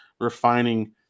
refining